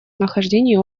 нахождении